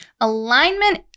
Alignment